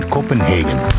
Copenhagen